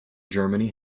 germany